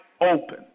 open